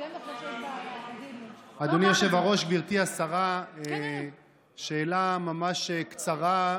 אדוני היושב-ראש, גברתי השרה, שאלה ממש קצרה,